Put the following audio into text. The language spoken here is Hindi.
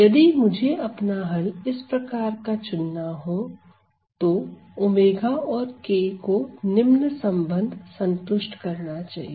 यदि मुझे अपना हल इस प्रकार का चुनना हो तो ⍵ और k को निम्न संबंध संतुष्ट करना चाहिए